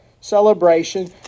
celebration